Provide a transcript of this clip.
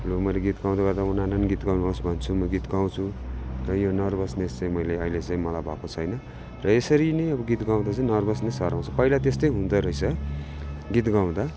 लु मैले गीत गाउँदै गर्दा उनीहरूलाई पनि गीत गाउनुहोस् भन्छु म गीत गाउँछु त यो नर्भसनेस चाहिँ मैले अहिले चाहिँ मलाई भएको छैन र यसरी नै अब गीत गाउँदा चाहिँ नर्भसनेस हराउँछ पहिला त्यस्तै हुँदो रहेछ गीत गाउँदा